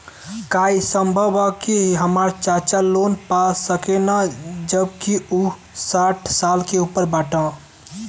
का ई संभव बा कि हमार चाचा लोन पा सकेला जबकि उ साठ साल से ऊपर बाटन?